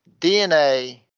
dna